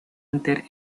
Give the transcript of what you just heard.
hunter